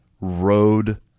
road